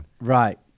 Right